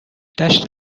دشت